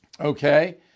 okay